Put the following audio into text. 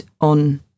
on